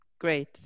Great